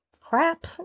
crap